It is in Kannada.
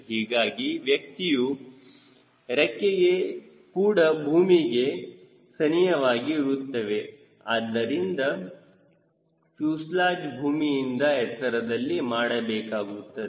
ಹೀಗಾಗಿ ವ್ಯಕ್ತಿಯೂ ಕೂಡ ಭೂಮಿಗೆ ಸನಿಹವಾಗಿ ಇರುತ್ತವೆ ಆದ್ದರಿಂದ ಫ್ಯೂಸೆಲಾಜ್ ಭೂಮಿಯಿಂದ ಎತ್ತರದಲ್ಲಿ ಮಾಡಬೇಕಾಗುತ್ತದೆ